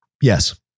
Yes